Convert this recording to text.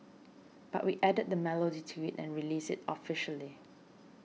but we added the melody to it and released it officially